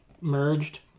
merged